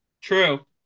True